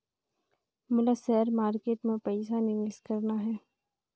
मोला share market मां पइसा निवेश करना हे?